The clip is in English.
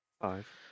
Five